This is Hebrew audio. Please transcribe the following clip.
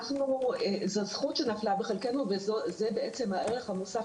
זאת זכות שנפלה בחלקנו, וזה הערך המוסף.